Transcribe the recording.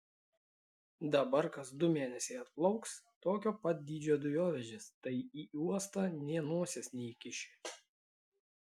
dabar kas du mėnesiai atplauks tokio pat dydžio dujovežis tai į uostą nė nosies neįkiši